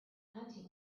hunting